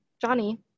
Johnny